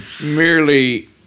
merely